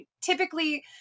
typically